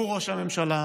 הוא ראש הממשלה,